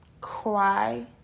Cry